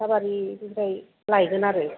बाथाबारिनिफ्राय लायगोन आरो